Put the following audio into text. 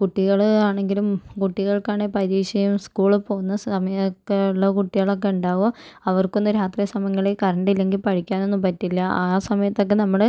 കുട്ടികൾ ആണെങ്കിലും കുട്ടികൾക്ക് ആണെങ്കിൽ പരീക്ഷയും സ്കൂളിൽ പോകുന്ന സമയമൊക്കെയുള്ള കുട്ടികളൊക്കെ ഉണ്ടാകും അവർക്കൊന്നും രാത്രി സമയങ്ങളിൽ കറണ്ട് ഇല്ലെങ്കിൽ പഠിക്കാൻ ഒന്നും പറ്റില്ല ആ സമയത്ത് ഒക്കെ നമ്മൾ